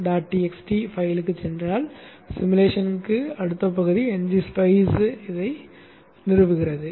txt கோப்பிற்குச் சென்றால் உருவகப்படுத்துதலின் அடுத்த பகுதி ngSpice ஐ நிறுவுகிறது